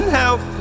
help